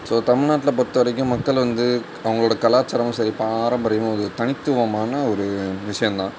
so தமிழ்நாட்ல பொறுத்தவரைக்கும் மக்கள் வந்து அவங்களோட கலாச்சாரமும் சரி பாரம்பரியமும் வந்து தனித்துவமான ஒரு விஷயம்தான்